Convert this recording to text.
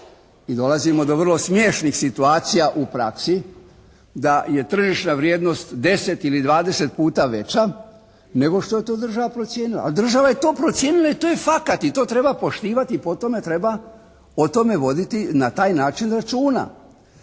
i dolazimo do vrlo smiješnih situacija u praksi da je tržišna vrijednost 10 ili 20 puta veća nego što je to država procijenila, ali država je to procijenila i to je fakat i to treba poštivati i po tome treba, o tome voditi na taj način računa.